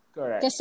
Correct